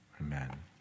amen